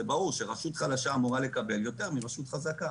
זה ברור שרשות חלשה אמורה לקבל יותר מרשות חזקה.